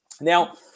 Now